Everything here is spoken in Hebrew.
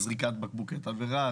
זריקת בקבוקי תבערה,